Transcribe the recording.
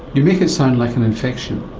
you make it sound like an infection.